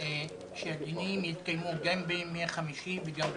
שהדיונים יתקיימו גם בימי חמישי וגם בראשון.